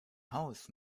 haus